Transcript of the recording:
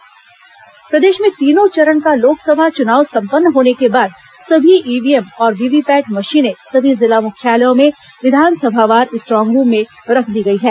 strong room सुरक्षा प्रदेश में तीनों चरण का लोकसभा चुनाव संपन्न होने के बाद सभी ईव्हीएम और वीवीपैट मशीनें सभी जिला मुख्यालयों में विधानसभावार स्ट्रांग रूम में रख दी गई हैं